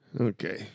Okay